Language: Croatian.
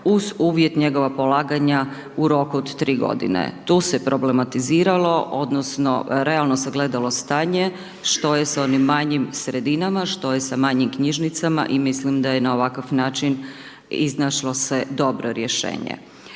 uz uvjet njegova polaganja u roku od 3 godine. Tu se problematiziralo odnosno realno se gledalo stanje, što je s onim manjim sredinama, što je sa manjim knjižnicama i mislim da je na ovakav način iznašlo se dobro rješenje.